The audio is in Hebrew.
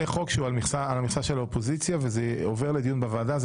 זה חוק שהוא על המכסה של האופוזיציה וזה עובר לדיון בוועדה.